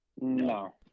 No